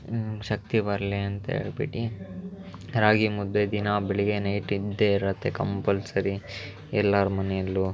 ಶಕ್ತಿ ಬರಲಿ ಅಂತ ಹೇಳ್ಬಿಟ್ಟು ರಾಗಿ ಮುದ್ದೆ ದಿನಾ ಬೆಳಿಗ್ಗೆ ನೈಟ್ ಇದ್ದೇ ಇರುತ್ತೆ ಕಂಪಲ್ಸರಿ ಎಲ್ಲರ ಮನೆಯಲ್ಲೂ